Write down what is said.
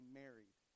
married